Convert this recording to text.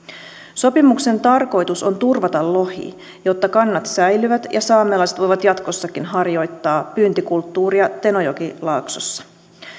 sopimuksen tarkoitus on turvata lohi jotta kannat säilyvät ja saamelaiset voivat jatkossakin harjoittaa pyyntikulttuuria tenojokilaaksossa